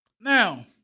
Now